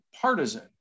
partisan